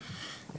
העובדים,